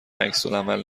عکسالعمل